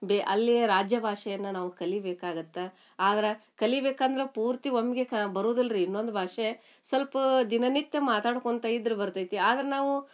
ಬೇ ಅಲ್ಲಿಯ ರಾಜ್ಯ ಭಾಷೆಯನ್ನು ನಾವು ಕಲಿಬೇಕಾಗತ್ತೆ ಆದ್ರೆ ಕಲಿಬೇಕಂದ್ರೆ ಪೂರ್ತಿ ಒಮ್ಮೆಗೇ ಕ ಬರೋದಿಲ್ರಿ ಇನ್ನೊಂದು ಭಾಷೆ ಸಲ್ಪ ದಿನನಿತ್ಯ ಮಾತಾಡ್ಕೊಳ್ತ ಇದ್ರೂ ಬರ್ತೈತಿ ಆದ್ರೆ ನಾವು